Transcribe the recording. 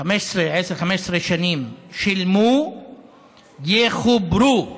15-10 שנים שילמו יחוברו לחשמל.